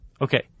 Okay